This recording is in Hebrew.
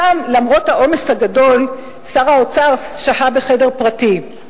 שם, למרות העומס הגדול, שר האוצר שהה בחדר פרטי.